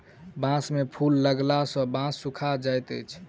बांस में फूल उगला सॅ बांस सूखा जाइत अछि